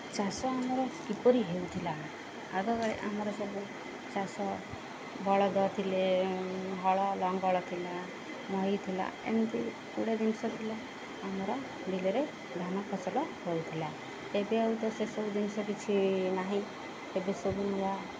ଚାଷ ଆମର କିପରି ହେଉଥିଲା ଆଗକାଳେ ଆମର ସବୁ ଚାଷ ବଳଦ ଥିଲେ ହଳ ଲଙ୍ଗଳ ଥିଲା ନଈ ଥିଲା ଏମିତି ଗୁଡ଼ା ଜିନିଷ ଥିଲା ଆମର ବିଲରେ ଧାନ ଫସଲ ହେଉଥିଲା ଏବେ ଆଉ ତ ସେସବୁ ଜିନିଷ କିଛି ନାହିଁ ଏବେ ସବୁ ନୂଆ